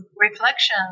reflection